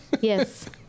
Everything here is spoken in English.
Yes